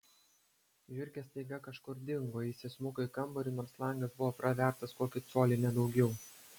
žiurkės staiga kažkur dingo jis įsmuko į kambarį nors langas buvo pravertas kokį colį ne daugiau